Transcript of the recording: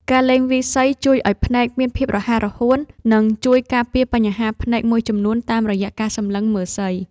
ការលេងវាយសីជួយឱ្យភ្នែកមានភាពរហ័សរហួន និងជួយការពារបញ្ហាភ្នែកមួយចំនួនតាមរយៈការសម្លឹងមើលសី។